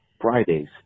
Fridays